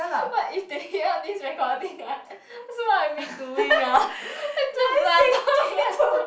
what if they hear this recording ah so what are we doing ah